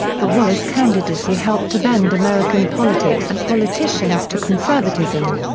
the wallace candidacy helped to bend american politics and politicians to conservatism.